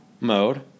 mode